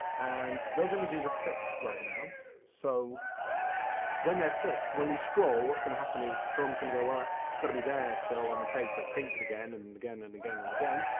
and those images are fixed right now so when they're fixed when we scroll, what's going to happen is chrome's going to go, well that's got to be there still on the page, so it paints it again and again and again and again.